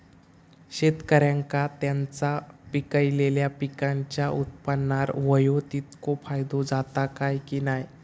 शेतकऱ्यांका त्यांचा पिकयलेल्या पीकांच्या उत्पन्नार होयो तितको फायदो जाता काय की नाय?